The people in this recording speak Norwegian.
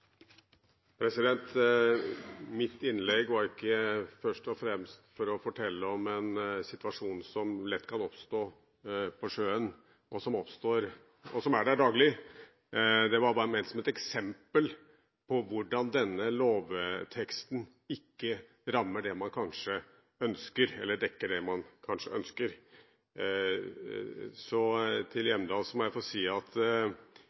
Mitt innlegg ble ikke først og fremst holdt for å fortelle om en situasjon som lett kan oppstå på sjøen, og som skjer daglig. Det var bare ment som et eksempel på hvordan denne lovteksten ikke dekker det man kanskje ønsker. Til representanten Hjemdal må jeg få si at det er jo litt patetisk, kanskje,